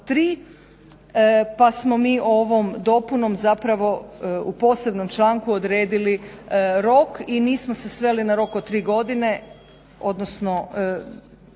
pa smo mi ovom dopunom zapravo u posebnom članku odredili rok i nismo se sveli na rok od tri godine, odnosno